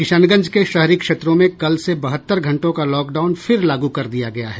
किशनगंज के शहरी क्षेत्रों में कल से बहत्तर घंटों का लॉकडाउन फिर लागू कर दिया गया है